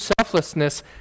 selflessness